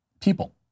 people